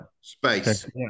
Space